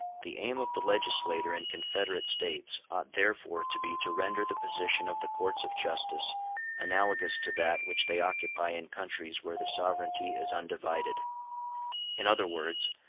the aim of the legislator in confederate states ought therefore to be to render the position of the courts of justice analogous to that which they occupy in countries where the sovereignty is undivided in other words,